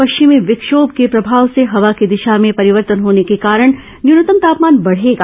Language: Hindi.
पश्चिमी विक्षोम के प्रभाव से हवा की दिशा में परिवर्तन होने के कारण न्यूनतम तापमान बढ़ेगा